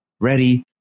ready